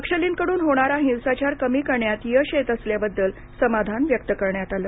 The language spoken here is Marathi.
नक्षलींकडून होणारा हिंसाचार कमी करण्यात यश येत असल्याबद्दल समाधान व्यक्त करण्यात आलं